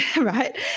right